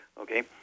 okay